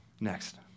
Next